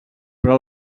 però